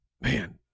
Man